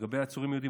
לגבי עצורים יהודים,